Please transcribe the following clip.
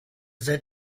seid